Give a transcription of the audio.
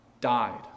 died